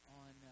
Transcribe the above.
on